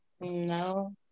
No